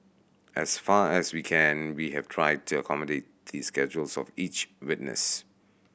as far as we can we have tried to accommodate the schedules of each witness